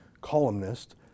columnist